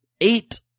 Eight